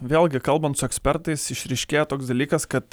vėlgi kalbant su ekspertais išryškėja toks dalykas kad